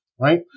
right